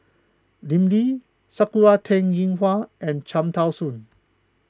Lim Lee Sakura Teng Ying Hua and Cham Tao Soon